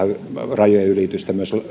rajojen ylitystä myös